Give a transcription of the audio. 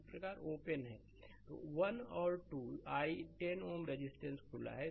इस प्रकार यहओपन है कि 1 और 2 यह 10 Ωरेजिस्टेंस खुला है